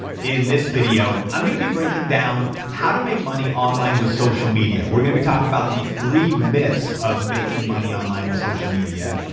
in this video, i'm gonna be breaking down how to make money online with social media. we're gonna be talking about the three myths of making money online with social media.